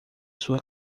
sua